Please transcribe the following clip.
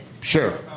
Sure